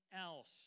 else